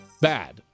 bad